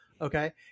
Okay